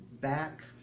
back